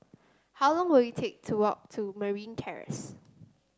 how long will it take to walk to Merryn Terrace